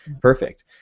Perfect